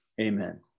Amen